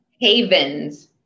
havens